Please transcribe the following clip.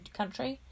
country